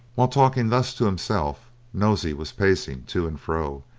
while talking thus to himself, nosey was pacing to and fro,